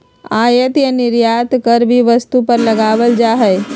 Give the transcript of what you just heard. आयात या निर्यात कर भी वस्तु पर लगावल जा हई